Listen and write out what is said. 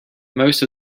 most